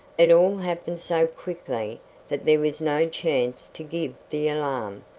it all happened so quickly that there was no chance to give the alarm,